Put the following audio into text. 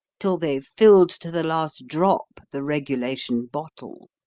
till they've filled to the last drop the regulation bottle.